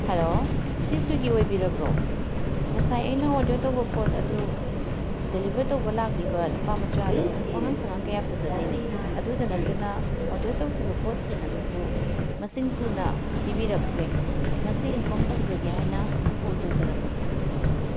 hello ꯁꯤ ꯁ꯭ꯋꯤꯒꯤ ꯑꯣꯏꯕꯤꯔꯕ꯭ꯔꯣ ꯉꯁꯥꯏ ꯑꯩꯅ ꯑꯣꯔꯗꯔ ꯇꯧꯕ ꯄꯣꯠ ꯑꯗꯨ ꯗꯦꯂꯤꯕꯔ ꯇꯧꯕ ꯂꯥꯛꯂꯤꯕ ꯅꯨꯄꯥ ꯃꯆꯥ ꯑꯗꯨ ꯋꯥꯉꯥꯡ ꯁꯉꯥꯡ ꯀꯌꯥ ꯐꯖꯗꯦꯅꯦ ꯑꯗꯨꯇ ꯅꯠꯇꯅ ꯑꯣꯗꯔ ꯇꯧꯈꯤꯕ ꯄꯣꯠꯁꯤꯡ ꯑꯗꯨꯁꯨ ꯃꯁꯤꯡ ꯁꯨꯅ ꯄꯤꯕꯤꯔꯛꯇ꯭ꯔꯦ ꯃꯁꯤ ꯏꯟꯐꯣꯝ ꯇꯧꯖꯒꯦ ꯍꯥꯏꯅ ꯀꯣꯜ ꯇꯧꯖꯔꯛꯄꯅꯤ